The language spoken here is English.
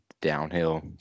downhill